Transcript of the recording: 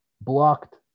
blocked